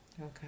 Okay